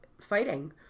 fighting